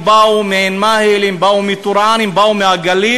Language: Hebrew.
הם באו מעין-מאהל, הם באו מטורעאן, הם באו מהגליל,